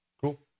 Cool